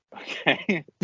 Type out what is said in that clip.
Okay